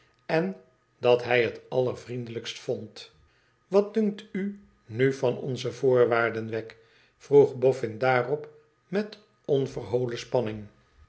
en dat hij het allervriendelijkst vond wat dunkt u nu van onze voorwaarden wegg vroeg boffin daarop met onverholen spanning